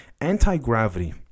anti-gravity